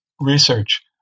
research